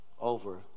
Over